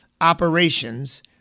operations